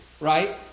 Right